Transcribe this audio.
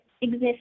exist